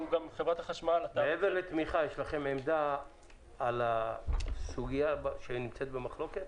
מעבר לתמיכה יש לכם עמדה על הסוגיה שנמצאת במחלוקת?